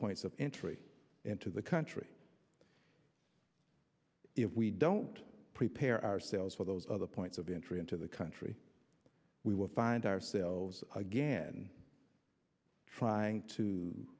points of entry into the country if we don't prepare ourselves for those other points of entry into the country we will find ourselves again trying to